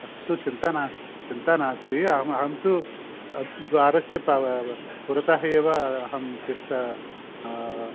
अस्तु चिन्तानास्ति चिन्तानास्ति अहम् अहन्तु अहं द्वारस्य पुरतः एव अहं तिष्ठ